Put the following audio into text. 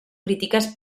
críticas